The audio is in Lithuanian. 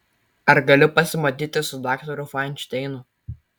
ar galiu pasimatyti su daktaru fainšteinu